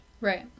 right